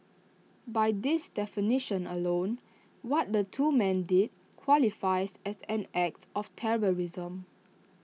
by this definition alone what the two men did qualifies as an act of terrorism